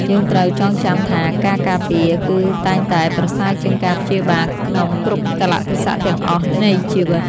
យើងត្រូវចងចាំថាការការពារ គឺតែងតែប្រសើរជាងការព្យាបាលក្នុងគ្រប់កាលៈទេសៈទាំងអស់នៃជីវិត។